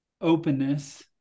openness